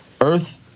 earth